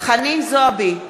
חנין זועבי,